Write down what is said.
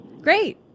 Great